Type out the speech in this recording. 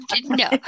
No